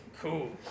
Cool